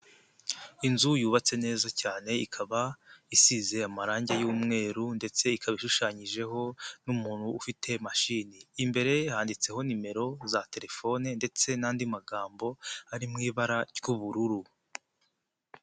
Inzu yubatse neza cyane, ikaba isize amarangi y'umweru ndetse ikaba ishushanyijeho n'umuntu ufite mashini, imbere handitseho nimero za telefone ndetse n'andi magambo ari mu ibara ry'ubururu.